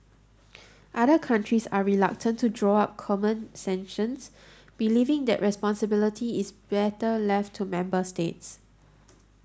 other countries are reluctant to draw up common sanctions believing that responsibility is better left to member states